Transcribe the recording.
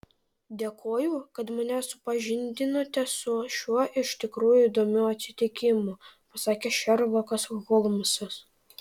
dėkoju kad mane supažindinote su šiuo iš tikrųjų įdomiu atsitikimu pasakė šerlokas holmsas